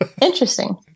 interesting